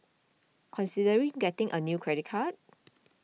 considering getting a new credit card